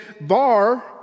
Bar